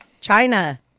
China